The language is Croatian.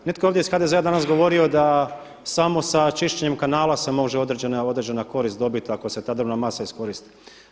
Netko je ovdje iz HDZ-a danas govorio da samo sa čišćenjem kanala se može određena korist dobiti ako se ta drvna masa iskoristi.